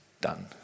done